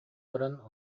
баран